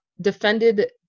defended